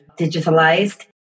digitalized